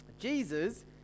Jesus